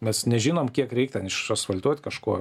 mes nežinom kiek reik ten išasfaltuot kažko